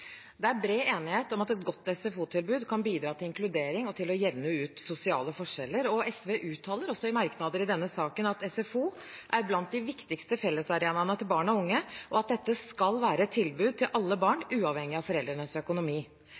til å jevne ut sosiale forskjeller. SV uttaler også i merknader til denne saken at SFO er blant de viktigste fellesarenaene for barn og unge, og at dette skal være et tilbud til alle barn, uavhengig av foreldrenes økonomi.